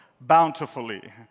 bountifully